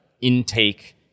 intake